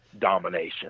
domination